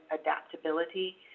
Adaptability